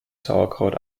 sauerkraut